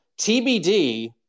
TBD